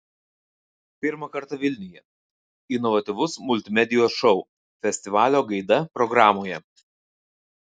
pirmą kartą vilniuje inovatyvus multimedijos šou festivalio gaida programoje